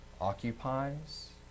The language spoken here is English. occupies